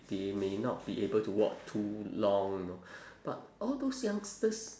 they may not be able to walk too long you know but all those youngsters